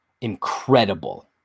incredible